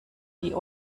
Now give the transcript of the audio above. die